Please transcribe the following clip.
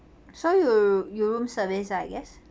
so you you room service ah I guess